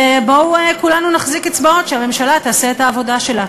ובואו כולנו נחזיק אצבעות שהממשלה תעשה את העבודה שלה.